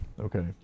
Okay